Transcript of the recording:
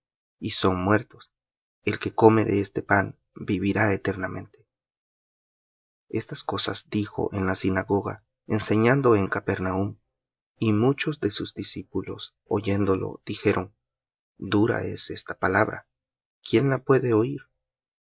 y son muertos el que come de este pan vivirá eternamente estas cosas dijo en la sinagoga enseñando en capernaum y muchos de sus discípulos oyéndo dijeron dura es esta palabra quién la puede oir